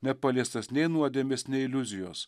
nepaliestas nei nuodėmės nei iliuzijos